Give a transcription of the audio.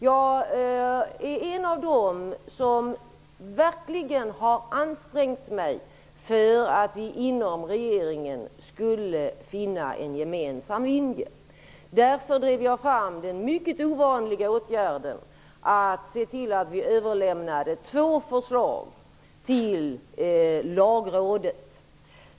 Jag är en av dem som verkligen har ansträngt mig för att vi inom regeringen skulle finna en gemensam linje. Jag drev därför fram den mycket ovanliga åtgärden att se till att två förslag överlämnades till Lagrådet.